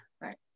right